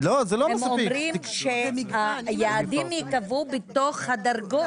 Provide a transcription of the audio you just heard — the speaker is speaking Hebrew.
הם אומרים שהיעדים ייקבעו בתוך הדרגות.